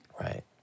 Right